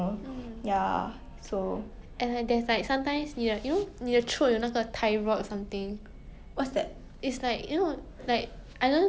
but hypo is like 比较慢所以 like 你吃很少 but 你的 body like reject like will not know when to stop then so it